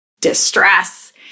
distress